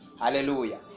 Hallelujah